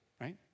right